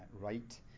right